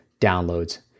downloads